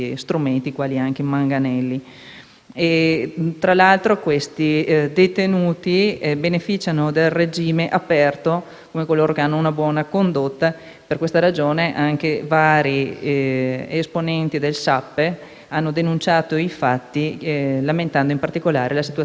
(tra l'altro, questi detenuti beneficiano del regime aperto, come coloro che hanno una buona condotta). Per questa ragione, anche i vari agenti del Sappe hanno denunciato i fatti, lamentando in particolare la situazione riguardante la dirigenza.